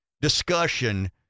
discussion